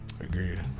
Agreed